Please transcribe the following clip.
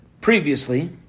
previously